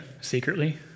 Secretly